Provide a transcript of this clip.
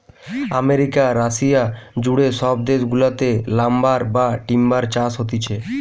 America, Russia জুড়ে সব দেশ গুলাতে লাম্বার বা টিম্বার চাষ হতিছে